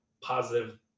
positive